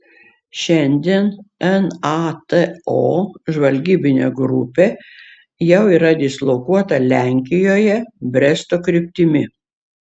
šiandien nato žvalgybinė grupė jau yra dislokuota lenkijoje bresto kryptimi